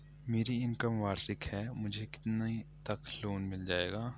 मेरी इनकम वार्षिक है मुझे कितने तक लोन मिल जाएगा?